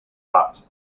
hut